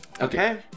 okay